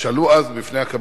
שעלו אז בפני הקבינט.